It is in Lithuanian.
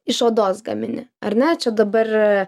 iš odos gamini ar ne čia dabar